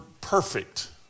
perfect